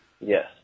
Yes